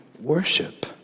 worship